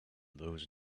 those